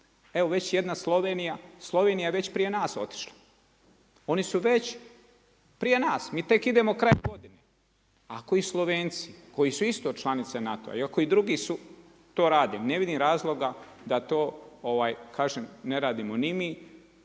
Evo već jedna Slovenija, Slovenija je već prije nas otišla. Oni su već prije nas, mi tek idemo krajem godine. Ako i Slovenci koji su isto članice NATO-a i ako i drugi to rade ne vidim razloga da to kažem ne radimo ni mi